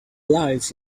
lies